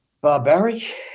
barbaric